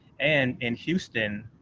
and in houston,